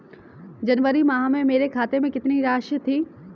जनवरी माह में मेरे खाते में कितनी राशि थी?